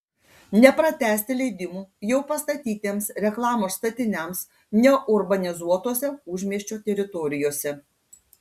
nepratęsti leidimų jau pastatytiems reklamos statiniams neurbanizuotose užmiesčio teritorijose